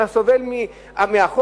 אלא סובל מהחוק?